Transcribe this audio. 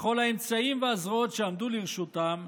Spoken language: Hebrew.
בכל האמצעים והזרועות שעמדו לרשותם,